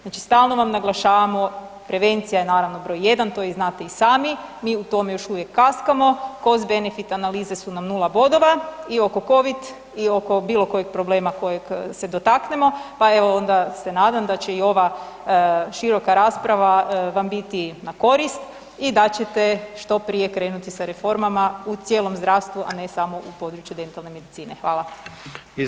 Znači stalno vam naglašavamo prevencija je naravno broj jedan, to znate i sami, mi u tome još kaskamo, kost benefit analize su nam nula bodova i oko covid i oko bilo kojeg problema kojeg se dotaknemo pa evo onda se nadam da će i ova široka rasprava vam biti na korist i da ćete što prije krenuti sa reformama u cijelom zdravstvu, a ne samo u području dentalne medicine.